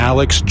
Alex